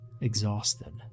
exhausted